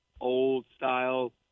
old-style